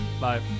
Bye